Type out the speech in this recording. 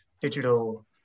digital